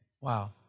Wow